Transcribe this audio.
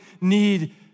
need